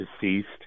deceased